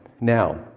now